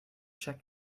check